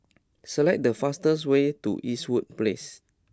select the fastest way to Eastwood Place